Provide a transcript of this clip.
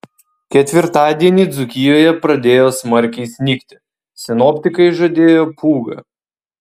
ketvirtadienį dzūkijoje pradėjo smarkiai snigti sinoptikai žadėjo pūgą